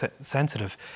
sensitive